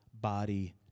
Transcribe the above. body